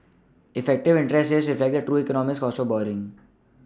effective interest rates reflect the true economic cost of borrowing